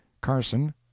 carson